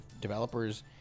developers